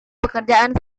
pekerjaan